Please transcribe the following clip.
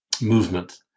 movement